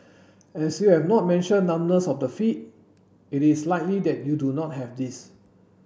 as you have not mentioned numbness of the feet it is likely that you do not have this